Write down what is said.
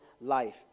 life